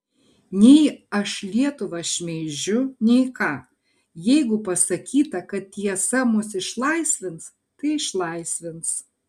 nei aš lietuvą šmeižiu nei ką jeigu pasakyta kad tiesa mus išlaisvins tai išlaisvins